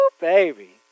baby